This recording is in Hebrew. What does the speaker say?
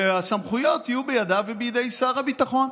והסמכויות יהיו בידיו ובידי שר הביטחון.